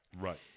Right